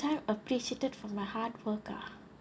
time appreciated for my hard work ah